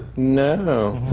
no!